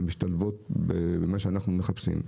ומשתלבות במה שאנחנו מחפשים.